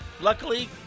Luckily